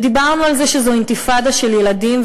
דיברנו על זה שזו אינתיפאדה של ילדים,